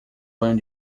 banho